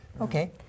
Okay